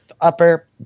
upper